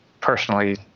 personally